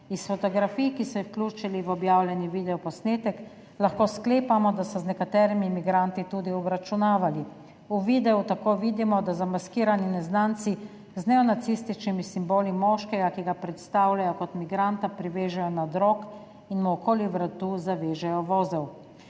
Iz fotografij, ki so jih vključili v objavljeni videoposnetek, lahko sklepamo, da so z nekaterimi migranti tudi obračunavali. V videu tako vidimo, da zamaskirani neznanci z neonacističnimi simboli moškega, ki ga predstavljajo kot migranta, privežejo na drog in mu okoli vratu zavežejo vozel.